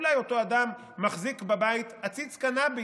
אולי אותו אדם מחזיק עציץ קנביס,